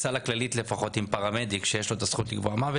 לפחות בסל הכללית פרמדיק שיש לו את הזכות לקבוע מוות